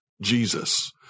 Jesus